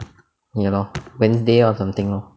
ya lor wednesday or something lor